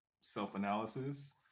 self-analysis